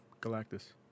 Galactus